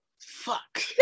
Fuck